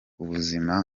ubuzima